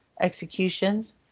executions